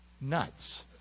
nuts